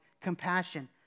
Compassion